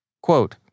Quote